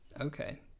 Okay